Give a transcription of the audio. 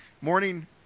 Morning